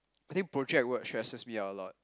I think project work stresses me out a lot